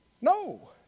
No